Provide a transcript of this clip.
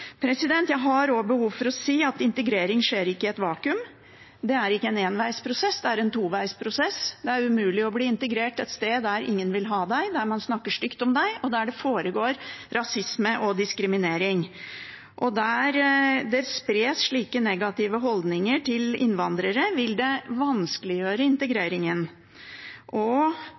Jeg har også behov for å si at integrering ikke skjer i et vakuum – det er ikke en enveisprosess, det er en toveisprosess. Det er umulig å bli integrert et sted der ingen vil ha deg, der man snakker stygt om deg, og der det foregår rasisme og diskriminering. Der det spres slike negative holdninger til innvandrere, vil integreringen bli vanskeliggjort. Derfor er det viktig at regjeringen legger mer vekt på dette og